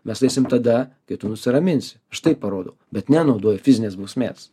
mes eisim tada kai tu nusiraminsi aš taip parodau bet nenaudoju fizinės bausmės